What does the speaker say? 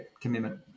Commitment